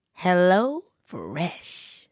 HelloFresh